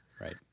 right